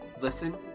Listen